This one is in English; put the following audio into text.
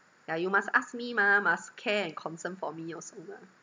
yeah you must ask me mah must care and concern for me also mah